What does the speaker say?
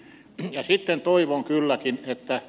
ja sitten toivon kylläkin että